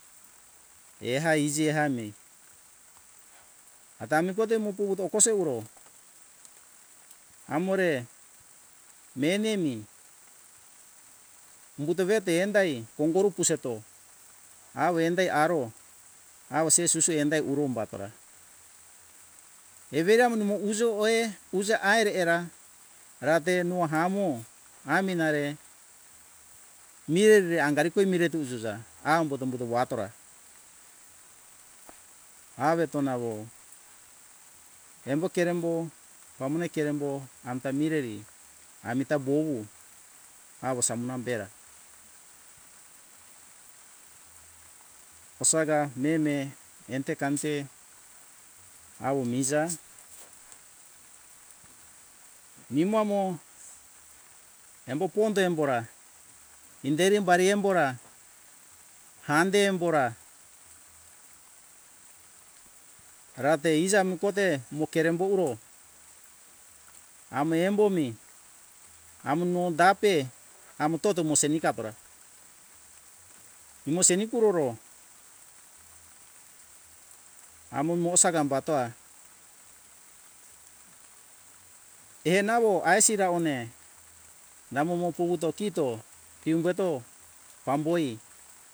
Eha iji ehami ata ami kote muku uto kose uro amore menemi wuwuto vete endai komboru kuseto awo endai aro awo se suse endai uro umba tora evera nimo numo ujo woi usa aire era rate nohahamo ami nare mireri angareto miretu jusa aumbuto puto watora aweto nawo embo kerembo pamone kerembo amta mireri amita bowu awo samuna bera osaga meme ante kante awo miza nimo amo embo pondo embo ra inderi bari embo ra hande embo ra rate isamu kote wo kerembo uro amo embo mi amu nowo dape amo kote mose nikatora mose nikururo amo mosaga batoa enawo aisi rawone namo wo kuwuto kito iuketo amboi